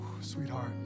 sweetheart